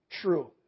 true